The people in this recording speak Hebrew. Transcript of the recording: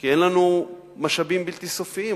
כי אין לנו משאבים בלתי סופיים,